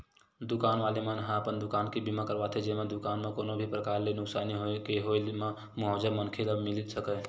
दुकान वाले मन ह अपन दुकान के बीमा करवाथे जेमा दुकान म कोनो भी परकार ले नुकसानी के होय म मुवाजा मनखे ल मिले सकय